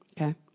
Okay